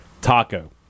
Taco